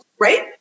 right